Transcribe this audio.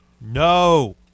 no